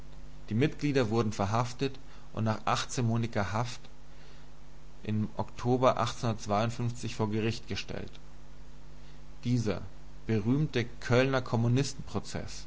die mitglieder wurden verhaftet und nach achtzehnmonatiger haft im oktober vor gericht gestellt dieser berühmte kölner